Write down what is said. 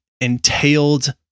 entailed